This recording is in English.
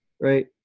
right